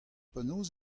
penaos